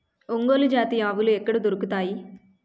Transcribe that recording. ఒంగోలు జాతి ఆవులు ఎక్కడ దొరుకుతాయి?